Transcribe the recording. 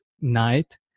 night